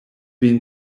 been